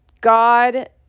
God